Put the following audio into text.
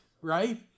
right